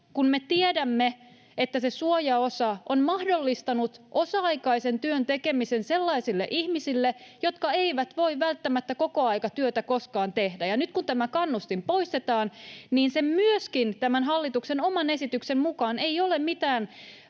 kun me tiedämme, että se suojaosa on mahdollistanut osa-aikaisen työn tekemisen sellaisille ihmisille, jotka eivät voi välttämättä kokoaikatyötä koskaan tehdä. Nyt kun tämä kannustin poistetaan, sillä myöskään tämän hallituksen oman esityksen mukaan ei ole mitään